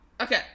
Okay